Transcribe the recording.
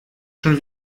schon